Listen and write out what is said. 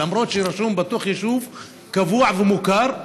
למרות שהם רשומים בתוך יישוב קבוע ומוכר.